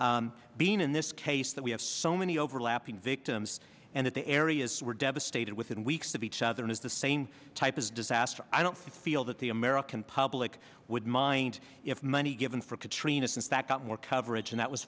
rita being in this case that we have so many overlapping victims and that the areas were devastated within weeks of each other is the same type as disaster i don't feel that the american public would mind if money given for katrina since that got more coverage and that was